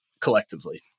collectively